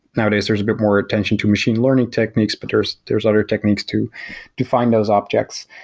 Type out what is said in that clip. nowadays, there's bit more attention to machine learning techniques, but there's there's other techniques to define those objects,